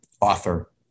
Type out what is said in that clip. author